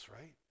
right